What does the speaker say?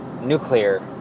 nuclear